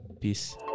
peace